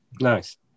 Nice